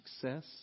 success